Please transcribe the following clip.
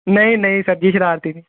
ਨਹੀਂ ਨਹੀਂ ਸਰ ਜੀ ਸ਼ਰਾਰਤੀ ਨਹੀਂ